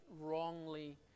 wrongly